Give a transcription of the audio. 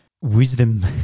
wisdom